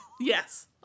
yes